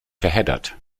verheddert